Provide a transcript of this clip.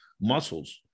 muscles